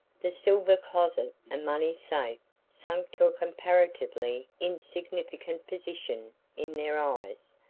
the silver-closet and money-safe sank to a comparatively insignificant position in their eyes,